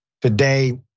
today